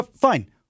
fine